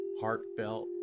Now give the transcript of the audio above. heartfelt